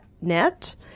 net